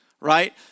Right